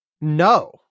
no